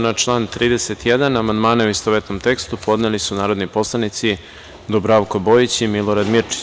Na član 31. amandmane, u istovetnom tekstu, podneli su narodni poslanici Dubravko Bojić i Milorad Mirčić.